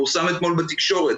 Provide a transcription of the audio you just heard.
פורסם אתמול בתקשורת,